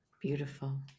Beautiful